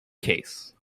case